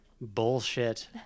bullshit